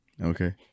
okay